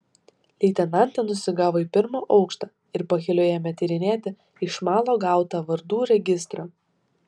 leitenantė nusigavo į pirmą aukštą ir pakeliui ėmė tyrinėti iš malo gautą vardų registrą